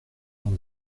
cent